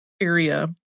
area